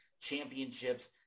championships